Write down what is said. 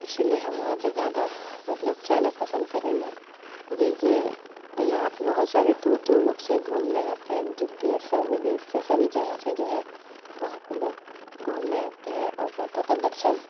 इसीलिए हम वहाँ पे ज़्यादा मतलब जाना पसंद करेंगे क्योंकि ये यहाँ पे बहुत सारे दूर दूर लोग से घूमने आते हैं देश से विदेश से सभी जगह से जो हैं वहाँ पे लोग घूमने आते हैं और माता का दर्शन